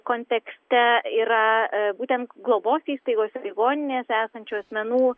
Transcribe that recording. kontekste yra būtent globos įstaigose ligoninėse esančių asmenų